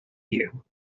you